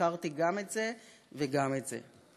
הכרתי גם את זה וגם את זה.